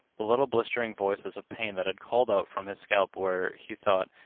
the little blistering voices of pain that had called out from his scalp were, he thought,